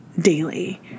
daily